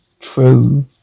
true